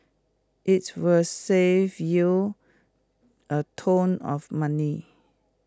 its will save you A ton of money